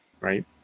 Right